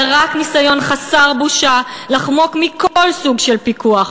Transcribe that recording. אלא רק ניסיון חסר בושה לחמוק מכל סוג של פיקוח,